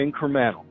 incremental